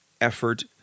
effort